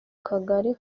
kagari